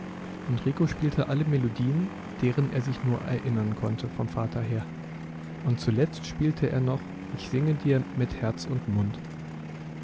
und rico spielte alle melodien deren er sich nur erinnern konnte vom vater her und zuletzt spielte er noch ich singe dir mit herz und mund